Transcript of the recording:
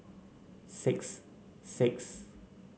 six six